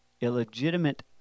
illegitimate